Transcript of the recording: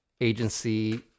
agency